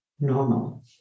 normal